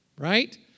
Right